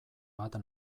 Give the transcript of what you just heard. bat